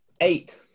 Eight